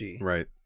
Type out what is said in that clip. right